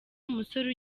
umusore